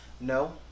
No